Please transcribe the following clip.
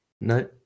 No